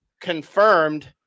confirmed